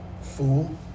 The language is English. fool